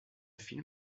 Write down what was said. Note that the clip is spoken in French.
film